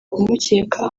kumukeka